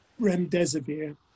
remdesivir